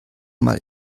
mal